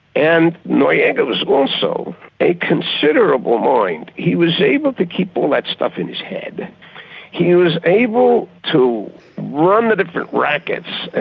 and noriega was also a considerable mind. he was able to keep all that stuff in his head he was able to run with the different rackets,